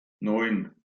neun